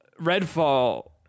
Redfall